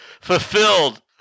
Fulfilled